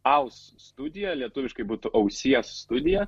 aus studiją lietuviškai būtų ausies studija